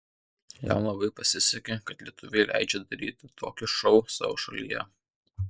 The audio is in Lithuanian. jam labai pasisekė kad lietuviai leidžia daryti tokį šou savo šalyje